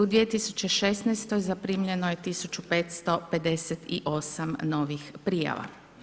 U 2016. zaprimljeno je 1558 novih prijava.